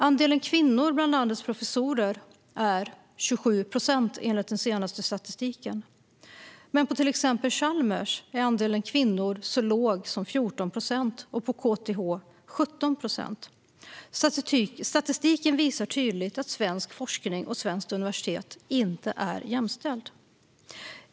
Andelen kvinnor bland landets professorer är 27 procent, enligt den senaste statistiken. Men på till exempel Chalmers är andelen kvinnor så låg som 14 procent och på KTH 17 procent. Statistiken visar tydligt att svensk forskning och svenska universitet inte är jämställda.